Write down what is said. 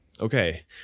Okay